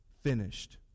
finished